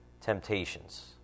temptations